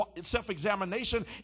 self-examination